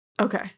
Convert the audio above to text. Okay